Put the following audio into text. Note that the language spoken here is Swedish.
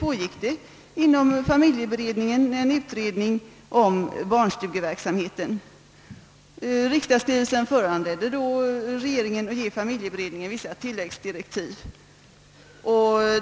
pågick det inom familjeberedningen en utredning om barnstugeverksamheten. Riksdagsskrivelsen föranledde regeringen att ge familjeberedningen vissa tilläggsdirektiv.